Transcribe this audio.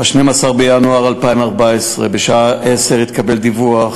ב-12 בינואר 2014 בשעה 10:00 התקבל דיווח